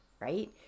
right